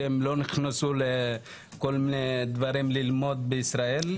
הם לא נכנסו לדברים ללמוד בישראל.